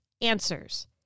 answers